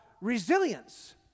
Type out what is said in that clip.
resilience